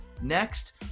next